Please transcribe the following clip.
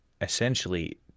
essentially